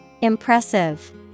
Impressive